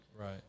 Right